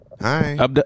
Hi